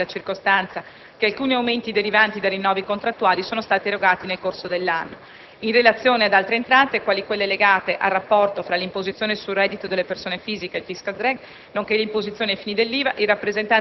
le maggiori ritenute IRPEF legate alla circostanza che alcuni aumenti derivanti da rinnovi contrattuali sono stati erogati nel corso dell'anno. In relazione ad altre entrate, quali quelle legate al rapporto fra l'imposizione sul reddito delle persone fisiche e il *fiscal* *drag*,